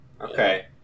Okay